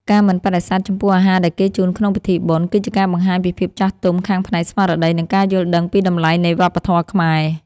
ការមិនបដិសេធចំពោះអាហារដែលគេជូនក្នុងពិធីបុណ្យ គឺជាការបង្ហាញពីភាពចាស់ទុំខាងផ្នែកស្មារតី និងការយល់ដឹងពីតម្លៃនៃវប្បធម៌ខ្មែរ។